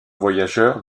voyageurs